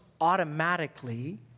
automatically